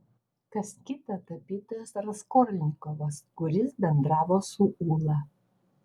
kas kita tapytojas raskolnikovas kuris bendravo su ūla